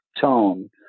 tone